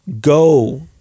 go